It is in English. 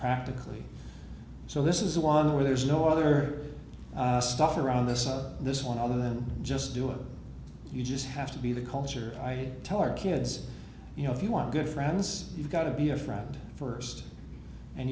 practically so this is the one where there's no other stuff around this of this one other than just do it you just have to be the culture i tell our kids you know if you want good friends you've got to be a friend first and